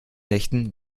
nächten